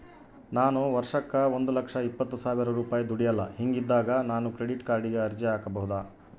ನಾನು ವರ್ಷಕ್ಕ ಒಂದು ಲಕ್ಷ ಇಪ್ಪತ್ತು ಸಾವಿರ ರೂಪಾಯಿ ದುಡಿಯಲ್ಲ ಹಿಂಗಿದ್ದಾಗ ನಾನು ಕ್ರೆಡಿಟ್ ಕಾರ್ಡಿಗೆ ಅರ್ಜಿ ಹಾಕಬಹುದಾ?